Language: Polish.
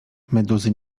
meduzy